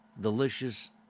delicious